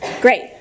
Great